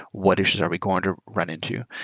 what issues are we going to run into?